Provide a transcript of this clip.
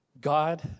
God